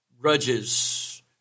grudges